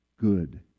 good